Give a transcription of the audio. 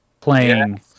playing